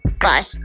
Bye